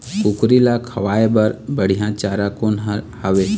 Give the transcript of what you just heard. कुकरी ला खवाए बर बढीया चारा कोन हर हावे?